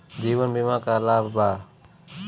जीवन बीमा के का लाभ बा?